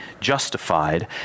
justified